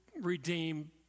redeem